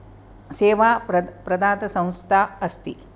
सेवा प्रदातसंस्था अस्ति